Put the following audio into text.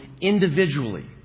individually